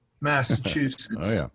Massachusetts